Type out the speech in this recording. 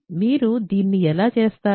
మీరు దీన్ని ఎలా చేస్తారు